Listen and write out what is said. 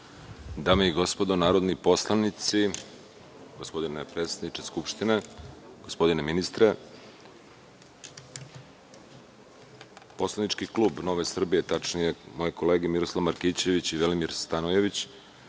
Dame i gospodo narodni poslanici, gospodine predsedniče Skupštine, gospodine ministre, poslanički klub NS, tačnije moje kolege Miroslav Markićević i Velimir Stanojević